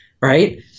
right